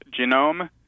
genome